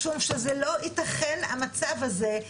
משום שזה לא ייתכן המצב הזה.